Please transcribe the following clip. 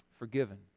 forgiven